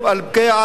אל-בקיעה,